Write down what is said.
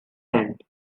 tent